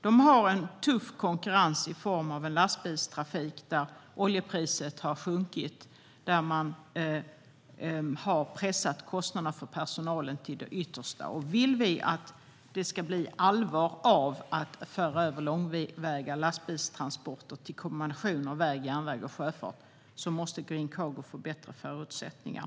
De får tuff konkurrens av lastbilstrafiken, där det sänkta oljepriset påverkar och där man har pressat kostnaderna för personalen till det yttersta. Vill vi att det ska bli allvar av att föra över långväga lastbilstransporter till en kombination av väg, järnväg och sjöfart måste Green Cargo få bättre förutsättningar.